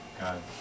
God